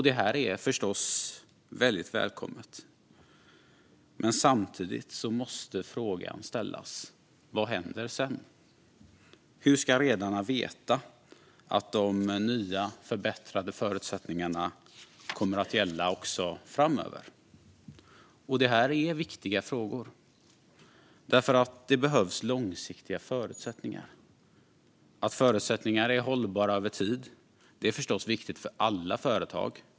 Det här är förstås väldigt välkommet, men samtidigt måste frågan ställas: Vad händer sedan? Hur ska redarna veta att de nya, förbättrade förutsättningarna kommer att gälla också framöver? Det här är viktiga frågor, för det behövs långsiktiga förutsättningar. Att förutsättningar är hållbara över tid är förstås viktigt för alla företag.